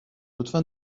لطفا